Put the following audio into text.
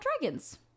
dragons